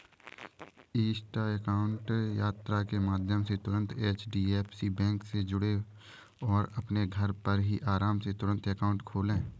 Insta account यात्रा के माध्यम से तुरंत एच.डी.एफ.सी बैंक से जुड़ें और अपने घर पर ही आराम से तुरंत अकाउंट खोले